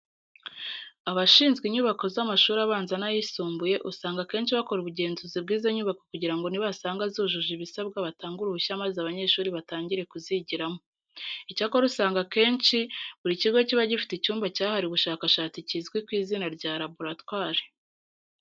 Abashizwe inyubako z'amashuri abanza n'ayisumbuye usanga akenshi bakora ubugenzuzi bw'izo nyubako kugira ngo nibasanga zujuje ibisabwa batange uruhushya maze abanyeshuri batangire kuzigiramo. Icyakora usanga akenshi buri kigo kiba gifite icyumba cyahariwe ubushakashatsi kizwi ku izina rya laboratwari.